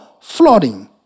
flooding